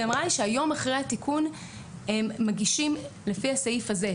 ונאמר לי שהיום אחרי התיקון הם מגישים לפי הסעיף הזה.